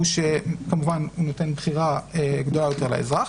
שכמובן הוא נותן בחירה גדולה יותר לאזרח.